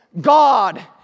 God